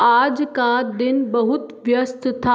आज का दिन बहुत व्यस्त था